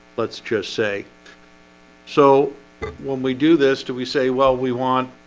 let's just say so when we do this, do we say well we want